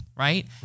Right